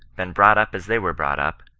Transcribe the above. been brought up as they were brought up,